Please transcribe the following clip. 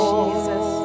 Jesus